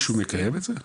מישהו מקיים את זה?